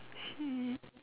he